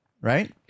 right